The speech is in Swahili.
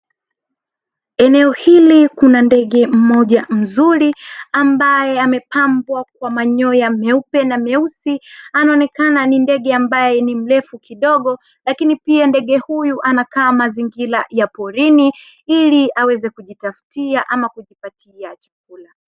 Eneo hili kuna ndege mmoja mzuri ambaye amepambwa kwa manyoya meupe na meusi. Anaonekana ni ndege ambaye ni mrefu kidogo. Lakini pia ndege huyu anakaa mazingira ya porini ili aweze kujitafutia ama kujipatia chakula.